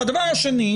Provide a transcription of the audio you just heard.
הדבר השני,